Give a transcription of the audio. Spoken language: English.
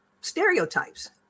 stereotypes